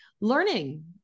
learning